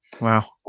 Wow